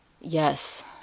Yes